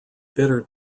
bitter